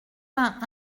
vingt